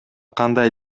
кандай